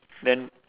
then